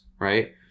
right